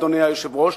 אדוני היושב-ראש,